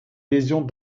lésions